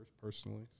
personally